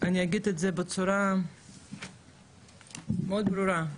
אני אגיד את זה בצורה מאוד ברורה,